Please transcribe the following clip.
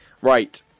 Right